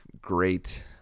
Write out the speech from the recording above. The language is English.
great